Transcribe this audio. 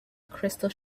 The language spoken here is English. crystal